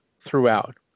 throughout